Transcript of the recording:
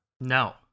No